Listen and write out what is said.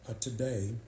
Today